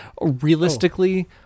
realistically